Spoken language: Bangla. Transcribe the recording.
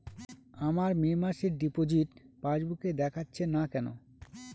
আমার মে মাসের ডিপোজিট পাসবুকে দেখাচ্ছে না কেন?